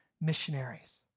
missionaries